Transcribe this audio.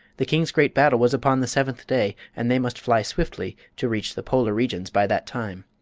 the king's great battle was upon the seventh day, and they must fly swiftly to reach the polar regions by that time.